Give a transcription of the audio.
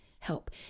Help